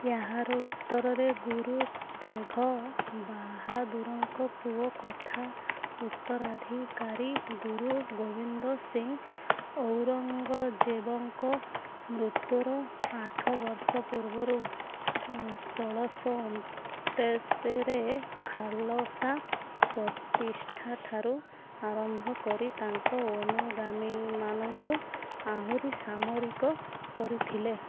ଏହାର ଉତ୍ତରରେ ଗୁରୁ ତେଘ ବାହାଦୁରଙ୍କ ପୁଅ ତଥା ଉତ୍ତରାଧିକାରୀ ଗୁରୁ ଗୋବିନ୍ଦ ସିଂ ଔରଙ୍ଗଜେବଙ୍କ ମୃତ୍ୟୁର ଆଠ ବର୍ଷ ପୂର୍ବରୁ ଷୋଳଶହ ଅନେଶ୍ୱତରେ ଖାଲସା ପ୍ରତିଷ୍ଠାଠାରୁ ଆରମ୍ଭ କରି ତାଙ୍କ ଅନୁଗାମୀମାନଙ୍କୁ ଆହୁରି ସାମରିକ କରିଥିଲେ